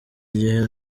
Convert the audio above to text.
igihe